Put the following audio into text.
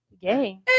Gay